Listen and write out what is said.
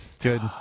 Good